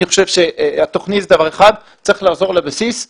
אני חושב שהתוכנית היא דבר אחד וצריך לחזור לבסיס.